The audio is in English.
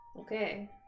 Okay